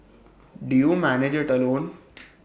do you manage IT alone